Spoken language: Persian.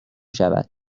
شود